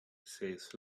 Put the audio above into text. saves